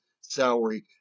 salary